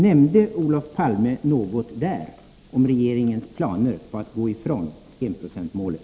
Nämnde Olof Palme något där om regeringens planer på att gå ifrån enprocentsmålet?